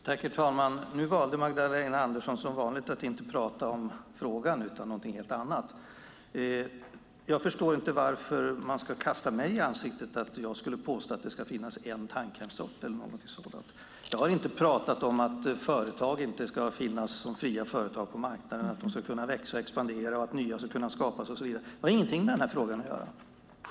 Herr talman! Nu valde Magdalena Andersson som vanligt att inte prata om frågan, utan om något helt annat. Jag förstår inte varför man ska kasta mig i ansiktet att jag skulle påstå att det ska finnas bara en tandkrämssort eller någonting sådant. Jag har inte pratat om att företag inte skulle få finnas som fria företag på marknaden och kunna växa och expandera eller om möjligheten att skapa nya företag och så vidare. Det har självklart ingenting med denna fråga att göra.